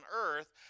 earth